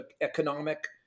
economic